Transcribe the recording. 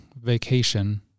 vacation